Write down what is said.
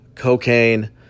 cocaine